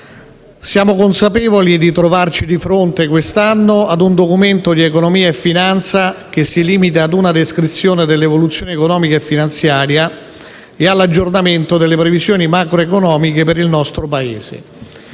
siamo consapevoli di trovarci di fronte quest'anno a un Documento di economia e finanza che si limita a una descrizione dell'evoluzione economica e finanziaria e all'aggiornamento delle previsioni macroeconomiche per il nostro Paese,